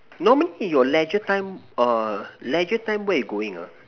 normally your Leisure time err Leisure time where you going ah